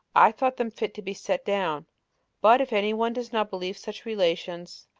i thought them fit to be set down but if any one does not believe such relations,